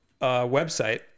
website